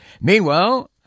Meanwhile